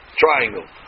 triangle